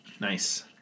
Nice